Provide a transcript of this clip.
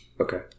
Okay